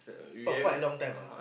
for quite a long time ah